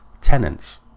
tenants